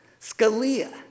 Scalia